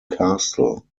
castle